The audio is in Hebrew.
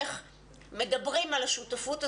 איך מדברים על שותפות הזאת,